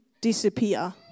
disappear